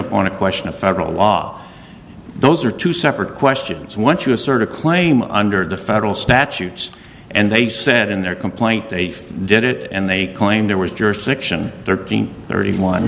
upon a question of federal law those are two separate questions once you assert a claim under the federal statutes and they said in their complaint they did it and they claim there was jurisdiction thirteen thirty one